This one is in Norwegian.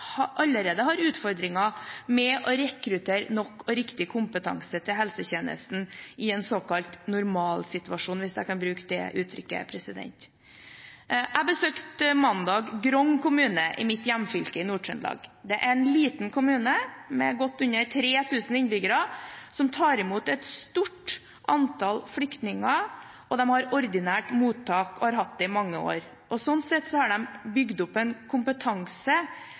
allerede har utfordringer med å rekruttere nok og riktig kompetanse til helsetjenesten i en såkalt normalsituasjon, hvis jeg kan bruke det uttrykket. Jeg besøkte mandag Grong kommune i mitt hjemfylke, Nord-Trøndelag. Det er en liten kommune med godt under 3 000 innbyggere, som tar imot et stort antall flyktninger. De har ordinært mottak, har hatt det i mange år, og slik sett har de bygd opp en kompetanse